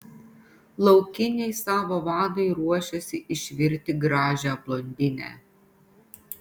laukiniai savo vadui ruošiasi išvirti gražią blondinę